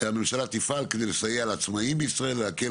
הממשלה תפעל כדי לסייע לעצמאים בישראל ולהקל